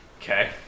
Okay